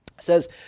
says